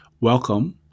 Welcome